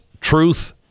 Truth